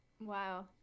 wow